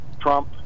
Trump